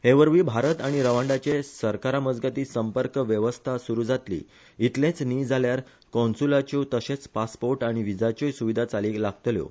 हे वरवी भारत आनी रवांडाचे सरकारा मजगती संपर्क वेवस्था सुरु जातली इतलेच न्ही जाल्यार कोनसुलाच्यो तशेच पासपोर्ट आनी व्हिजाच्योय सुविधा चालीक लागतल्यो